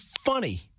funny